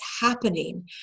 happening